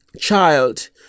child